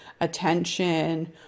attention